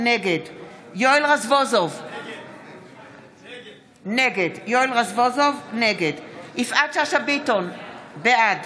נגד יואל רזבוזוב, נגד יפעת שאשא ביטון, בעד